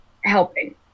helping